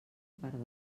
pardal